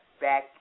back